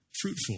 fruitful